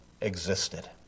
existed